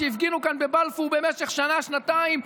שהפגינו כאן בבלפור במשך שנה-שנתיים.